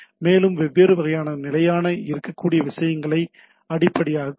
மேலும் வெவ்வேறு வகையான நிலையாக இருக்கக்கூடிய விஷயங்களை அடிப்படையாகக் கொண்டது